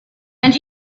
and